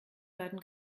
werden